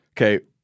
okay